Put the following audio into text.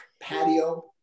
patio